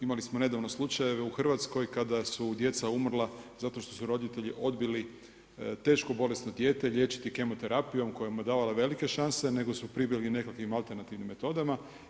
Imali smo nedavno slučajeve u Hrvatskoj kada su djeca umrla zato što su roditelji odbili teško bolesno dijete liječiti kemoterapijom koja mu je davala velike šanse, nego su pribjegli nekakvim alternativnim metodama.